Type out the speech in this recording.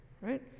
right